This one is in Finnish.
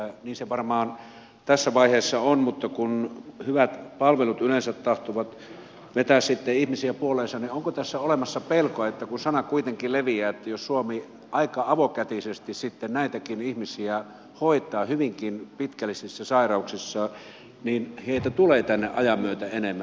niin se varmaan tässä vaiheessa on mutta kun hyvät palvelut yleensä tahtovat vetää ihmisiä puoleensa niin onko tässä olemassa pelko että kun sana kuitenkin leviää jos suomi aika avokätisesti sitten näitäkin ihmisiä hoitaa hyvinkin pitkällisissä sairauksissa niin heitä tulee tänne ajan myötä enemmän